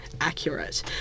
accurate